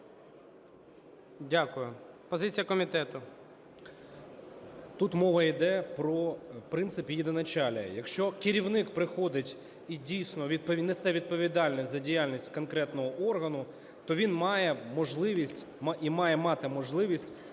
Дякую. Позиція комітету.